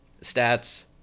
Stats